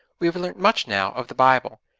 we have learnt much now of the bible,